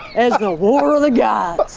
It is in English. as the war of the gods.